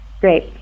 Great